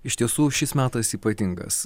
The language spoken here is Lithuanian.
iš tiesų šis metas ypatingas